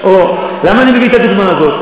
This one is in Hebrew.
למה אני מביא את הדוגמה הזאת?